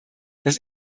dass